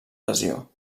lesió